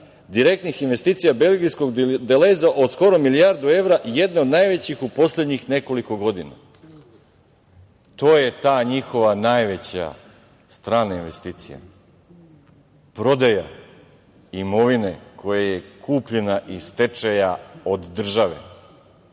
direktnih investicija belgijskog Deleza od skoro milijardu evra, jedne od najvećih u poslednjih nekoliko godina.“ To je ta njihova najveća strana investicija, prodaja imovine koja je kupljena iz stečaja od države.